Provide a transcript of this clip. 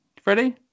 Freddie